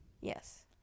Yes